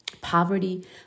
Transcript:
poverty